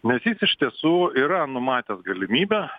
nes jis iš tiesų yra numatęs galimybę